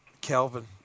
Kelvin